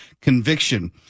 conviction